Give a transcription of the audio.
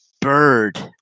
bird